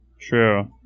True